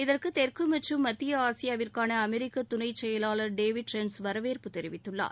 இதற்கு தெற்கு மற்றும் மத்திய ஆசியாவிற்கான அமெரிக்க துணை செயலாளர் டேவிட் ரென்ஸ் வரவேற்பு தெரிவித்துள்ளார்